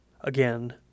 again